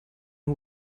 who